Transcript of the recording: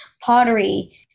pottery